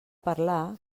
parlar